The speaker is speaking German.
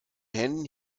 händen